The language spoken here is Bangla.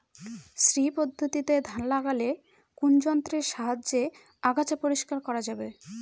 শ্রী পদ্ধতিতে ধান লাগালে কোন যন্ত্রের সাহায্যে আগাছা পরিষ্কার করা যাবে?